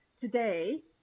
Today